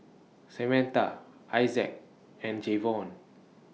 Samatha Isaac and Jevon